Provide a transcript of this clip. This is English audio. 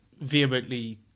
vehemently